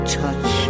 touch